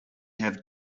have